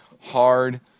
hard